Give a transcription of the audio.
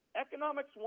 Economics